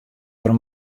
der